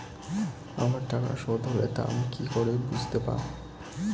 আমার টাকা শোধ হলে তা আমি কি করে বুঝতে পা?